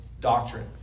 doctrine